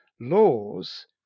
laws